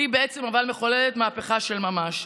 אבל היא בעצם מחוללת מהפכה של ממש.